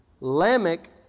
Lamech